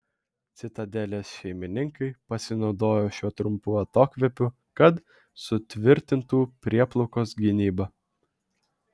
citadelės šeimininkai pasinaudojo šiuo trumpu atokvėpiu kad sutvirtintų prieplaukos gynybą